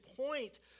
point